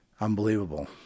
Unbelievable